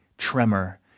tremor